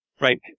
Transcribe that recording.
Right